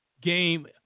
game